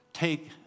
Take